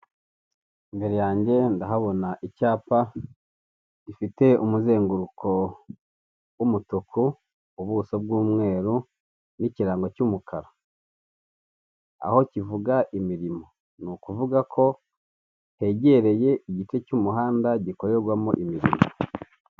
Imbere yanjye ndahabona icyapa gifite umuzenguruko w'umutuku ubuso bw'umweru n'kirarango cy'umukara aho kivuga imirimo ni ukuvuga ko hegereye igice cy'umuhanda gikorerwamo imirimo .